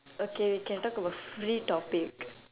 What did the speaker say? okay we can talk about free topic